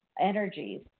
energies